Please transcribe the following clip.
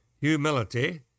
humility